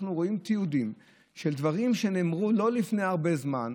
תיעודים של דברים שנאמרו לא לפני הרבה זמן,